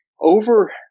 over